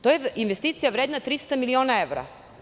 To je investicija vredna 300 miliona evra.